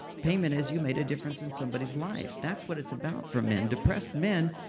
payment is you made a difference in somebody's life. that's what it's about for men depressed men,